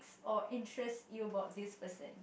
or interest you about this person